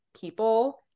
people